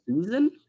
season